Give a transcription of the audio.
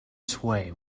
sway